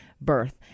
Birth